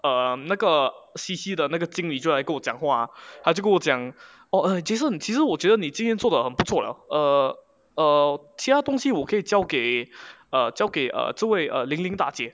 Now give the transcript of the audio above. err 那个 C_C 的那个经理就来跟我讲话他就跟我讲 oh err jason 其实我觉得你今天做的很不错 liao err err 其他东西我可以交给交给 err 这位 err 零零大姐